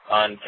on